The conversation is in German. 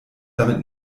damit